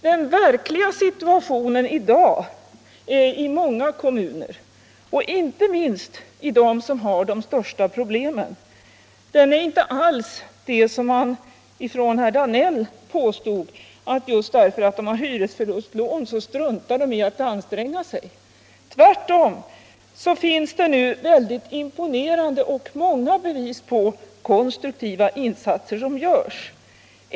Den verkliga situationen i dag i många kommuner — och inte minst i dem som har de största problemen -— är inte alls den som herr Danell påstod, att de, just därför att kommunerna får hyresförlustlån, struntar i att anstränga sig att lösa problemen. Tvärtom finns det nu många och imponerande bevis på konstruktiva insatser som görs.